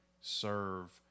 serve